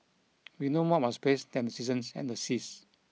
we know more about space than the seasons and the seas